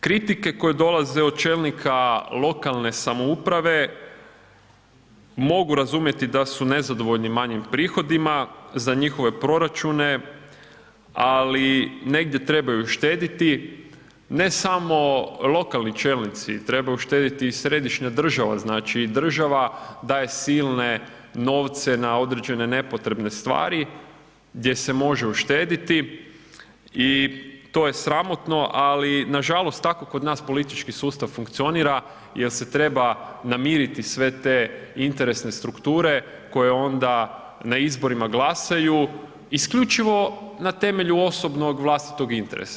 Kritike koje dolaze od čelnika lokalne samouprave mogu razumjeti da su nezadovoljni manjim prihodima za njihove proračune, ali negdje trebaju štedjeti, ne samo lokalni čelnici trebaju štedjeti i središnja država, znači i država daje silne novce na određene nepotrebne stvari gdje se može uštedjeti i to je sramotno, ali nažalost tako kod nas politički sustav funkcionira jer se treba namiriti sve te interesne strukture koje onda na izborima glasaju isključivo na temelju osobnog, vlastitog interesa.